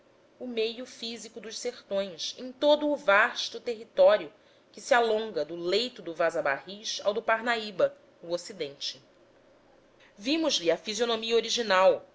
o meio físico dos sertões em todo o vasto território que se alonga do leito do vaza barris ao do parnaíba no ocidente vimos lhe a fisionomia original